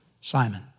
Simon